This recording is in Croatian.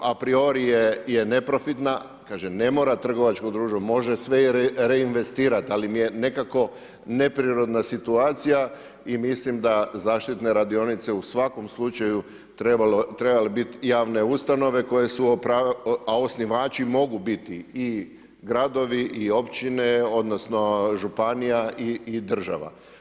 Apriori je neprofitna, kažem ne mora, trgovačko društvo može sve reinvestirati, ali mi je nekako neprirodna situacija i mislim da zaštitne radionice u svakom slučaju trebale biti javne ustanove, koje su, a osnivači mogu biti i gradovi i općine, odnosno, županija i država.